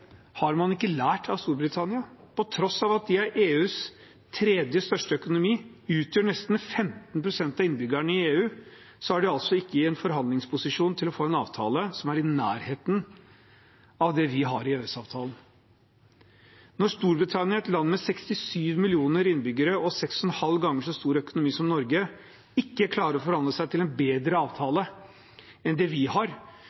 Har man ikke lært av Storbritannia? På tross av at de er EUs tredje største økonomi og utgjør nesten 15 pst. av innbyggerne i EU, er de ikke i forhandlingsposisjon til å få en avtale som er i nærheten av det vi har i EØS-avtalen. Når Storbritannia, et land med 67 millioner innbyggere og seks og en halv gang så stor økonomi som Norge, ikke klarer å forhandle seg til en bedre avtale enn det vi har,